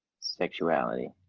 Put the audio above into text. sexuality